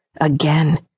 Again